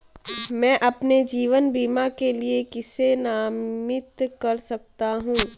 मैं अपने जीवन बीमा के लिए किसे नामित कर सकता हूं?